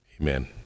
amen